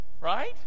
right